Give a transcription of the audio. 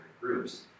groups